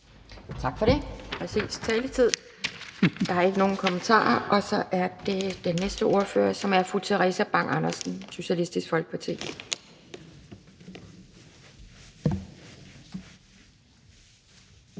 Tak for det. Det var præcis taletid. Der er ikke nogen kommentarer, og så er det den næste ordfører, som er fru Theresa Berg Andersen, Socialistisk Folkeparti.